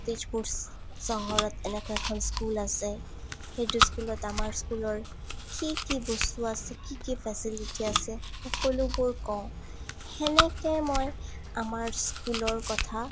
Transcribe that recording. তেজপুৰ চহৰত এনেকুৱা এখন স্কুল আছে সেইটো স্কুলত আমাৰ স্কুলৰ কি কি বস্তু আছে কি কি ফেচিলিটি আছে সকলোবোৰ কওঁ তেনেকৈ মই আমাৰ স্কুলৰ কথা